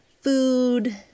food